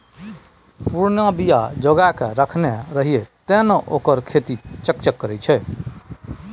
पुरना बीया जोगाकए रखने रहय तें न ओकर खेती चकचक छै